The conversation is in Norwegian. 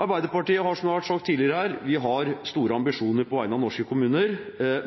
Arbeiderpartiet har, som det har vært sagt tidligere her, store ambisjoner på vegne av norske kommuner,